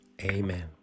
Amen